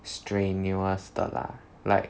strenuous 的 lah like